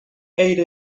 ate